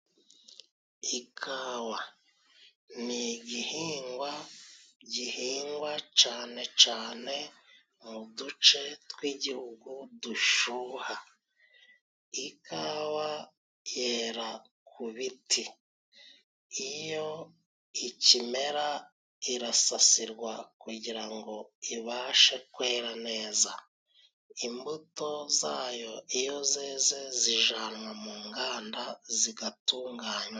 Ikawa ni igihingwa gihingwa can cane mu duce tw'igihugu dushuha. Ikawa yera ku biti, iyo ikimera irasasirwa kugira ngo ibashe kwera neza. Imbuto zayo iyo zeze zijanwa mu nganda zigatunganyawa.